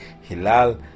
hilal